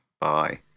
Bye